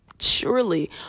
surely